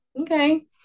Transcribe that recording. okay